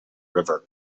river